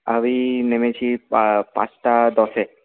আমি নেমেছি পাঁচটা দশে